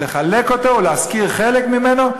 לחלק אותו ולהשכיר חלק ממנו,